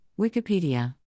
Wikipedia